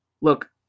Look